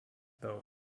though